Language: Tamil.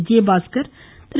விஜயபாஸ்கா திரு